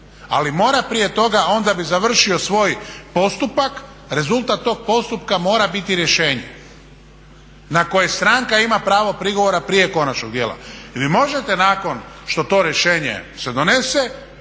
Ali mora prije toga a on da bi završio svoj postupak rezultat tog postupka mora biti rješenje na koje stranka ima pravo prigovora prije konačnog dijela. I vi možete nakon što to rješenje se donese